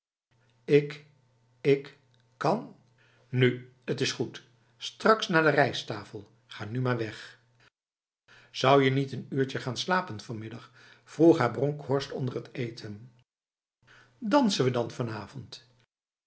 lk ik kan nu t is goed straks na de rijsttafel ga nu maar weg zou je niet n uurtje gaan slapen vanmiddagl vroeg haar bronkhorst onder het eten dansen we dan vanavond